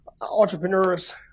entrepreneurs